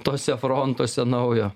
tuose frontuose naujo